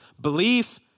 belief